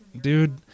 dude